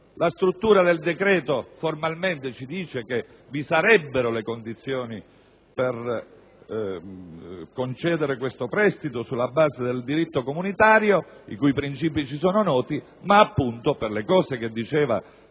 La struttura del decreto formalmente ci dice che vi sarebbero le condizioni per concedere questo prestito sulla base del diritto comunitario, i cui princìpi ci sono noti, ma appunto, per le cose che sosteneva